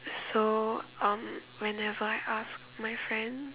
so um whenever I ask my friend